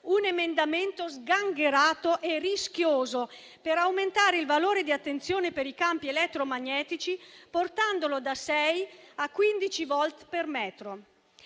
un emendamento sgangherato e rischioso per aumentare il valore di attenzione per i campi elettromagnetici, portandolo da 6 a 15 volt per metro.